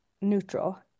neutral